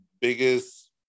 biggest